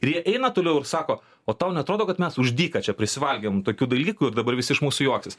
ir jie eina toliau ir sako o tau neatrodo kad mes už dyką čia prisivalgėm tokių dalykų ir dabar visi iš mūsų juoktis